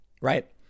right